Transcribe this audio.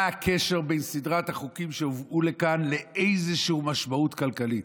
מה הקשר בין סדרת החוקים שהובאו לכאן לאיזושהי משמעות כלכלית,